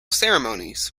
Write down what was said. ceremonies